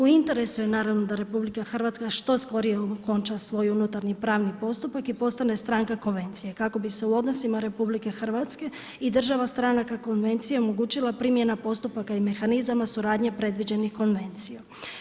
U interesu je naravno da RH što skorije okonča svoju unutarnji pravni postupak i postane stranka konvencije kako bi s e u odnosima RH i država stranaka konvencije omogućila primjena postupaka i mehanizama suradnje predviđeni konvencijom.